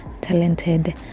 talented